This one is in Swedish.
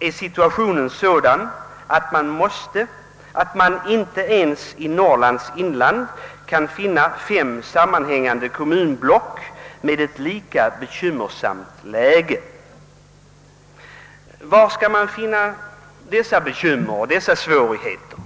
är situationen sådan att man inte ens i Norrlands inland kan finna fem sammanhängande kommunblock med ett lika bekymmersamt läge.» Var skall man finna dessa bekymmer och svårigheter?